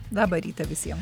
labą rytą visiems